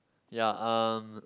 yea um